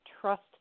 trust